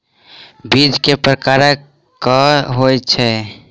बीज केँ प्रकार कऽ होइ छै?